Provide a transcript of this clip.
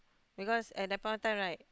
because at that point of time right